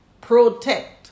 protect